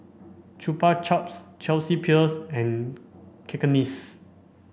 Chupa Chups Chelsea Peers and Cakenis